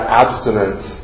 abstinence